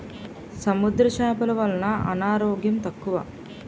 సముద్ర చేపలు వలన అనారోగ్యం తక్కువ